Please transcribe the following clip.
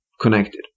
connected